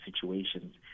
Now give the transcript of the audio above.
situations